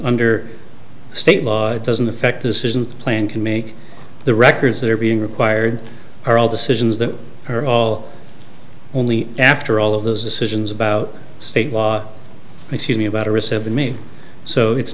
under state law it doesn't affect decisions plan can make the records that are being required are all decisions that are all only after all of those decisions about state law excuse me about to receive me so it's